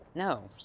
no.